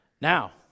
Now